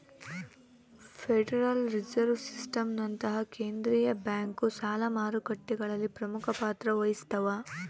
federal reserve ಸಿಸ್ಟಮ್ನಂತಹ ಕೇಂದ್ರೀಯ bank ಸಾಲ ಮಾರುಕಟ್ಟೆಗಳಲ್ಲಿ ಪ್ರಮುಖ ಪಾತ್ರ ವಹಿಸ್ತವ